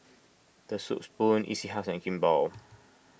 the Soup Spoon E C House and Kimball